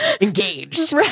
engaged